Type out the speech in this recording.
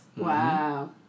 Wow